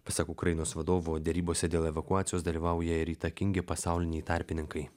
pasak ukrainos vadovo derybose dėl evakuacijos dalyvauja ir įtakingi pasauliniai tarpininkai